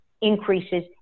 increases